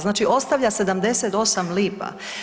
Znači ostavlja 78 lipa.